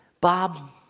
Bob